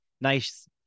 nice